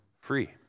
free